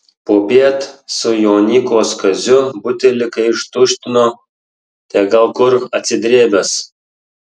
popiet su jonykos kaziu butelį kai ištuštino tai gal kur atsidrėbęs